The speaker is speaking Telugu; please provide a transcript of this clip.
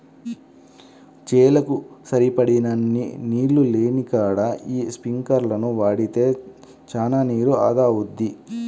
చేలకు సరిపడినన్ని నీళ్ళు లేనికాడ యీ స్పింకర్లను వాడితే చానా నీరు ఆదా అవుద్ది